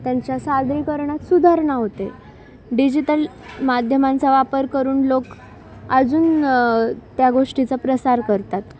त्यांच्या सादरीकरणात सुधारणा होते डिजिटल माध्यमांचा वापर करून लोक अजून त्या गोष्टीचा प्रसार करतात